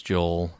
Joel